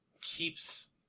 keeps